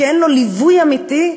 שאין לו ליווי אמיתי,